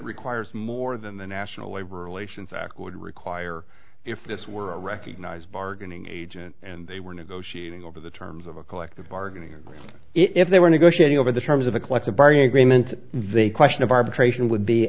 requires more than the national labor relations act would require if this were recognised bargaining agent and they were negotiating over the terms of a collective bargaining agreement if they were negotiating over the terms of a collective bargaining agreement the question of arbitration would be